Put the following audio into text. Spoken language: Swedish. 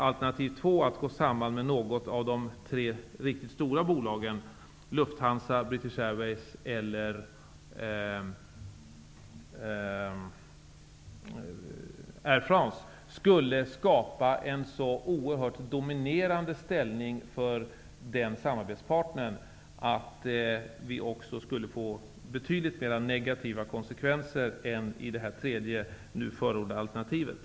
Alternativ 2, dvs. att gå samman med något av de tre stora bolagen Lufthansa, British Airways eller Air France, skulle skapa en så oerhört dominerande ställning för den samarbetspartnern att vi också skulle få betydligt mera negativa konsekvenser än i det nu förordade alternativ 3.